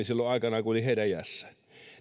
silloin aikanaan kun olin heidän iässään